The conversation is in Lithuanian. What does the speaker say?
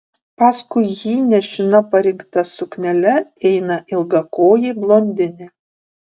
paskui jį nešina parinkta suknele eina ilgakojė blondinė